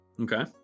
Okay